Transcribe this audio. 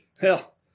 hell